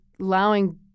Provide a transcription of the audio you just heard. allowing